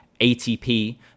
atp